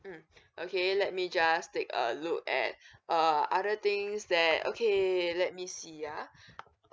mm okay let me just take a look at err other things that okay let me see ah